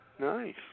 nice